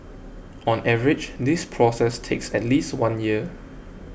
on average this process takes at least one year